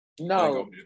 No